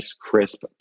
crisp